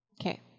Okay